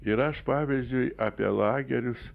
ir aš pavyzdžiui apie lagerius